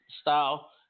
style